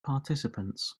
participants